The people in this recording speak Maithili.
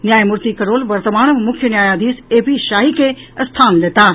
न्यायमूर्ति करोल वर्तमान मुख्य न्यायाधीश ए पी शाही के स्थान लेताह